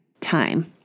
time